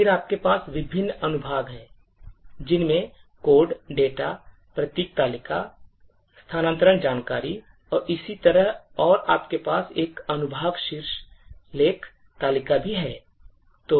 फिर आपके पास विभिन्न अनुभाग हैं जिनमें कोड डेटा प्रतीक तालिका स्थानांतरण जानकारी और इसी तरह और आपके पास एक अनुभाग शीर्ष लेख तालिका भी है